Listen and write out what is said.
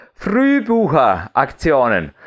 Frühbucheraktionen